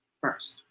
First